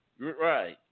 Right